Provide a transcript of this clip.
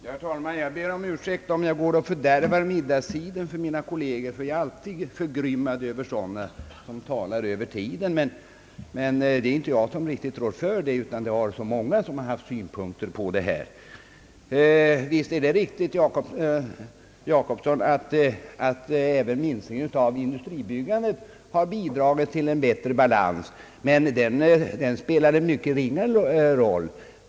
Herr talman! Jag ber om ursäkt om jag fördärvar middagstiden för mina kolleger, ty jag är alltid förgrymmad över sådana som talar över tiden. Jag är emellertid inte ensam skuld till detta; det är ju så många andra som har haft synpunkter att framföra i detta ärende. Visst är det riktigt, herr Jacobsson, att även minskningen i industribyggandet har bidragit till en bättre balans. Men den minskningen spelar en mycket ringa roll.